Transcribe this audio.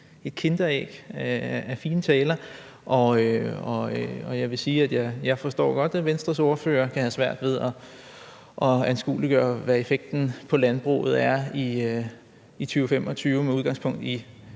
et kinderæg af fine taler – og jeg vil sige, at jeg godt forstår, at Venstres ordfører kan have svært ved at anskueliggøre, hvad effekten på landbruget er i 2025, med udgangspunkt i